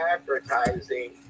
advertising